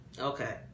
Okay